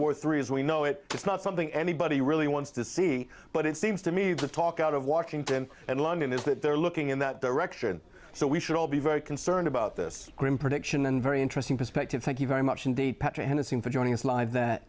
war three as we know it is not something anybody really wants to see but it seems to me the talk out of washington and london is that they're looking in that direction so we should all be very concerned about this grim prediction and very interesting perspective thank you very much ind